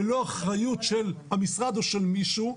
ללא אחריות של המשרד או של מישהו,